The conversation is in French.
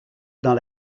dans